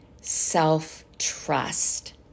self-trust